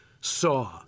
saw